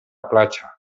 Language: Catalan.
platja